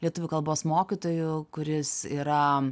lietuvių kalbos mokytoju kuris yra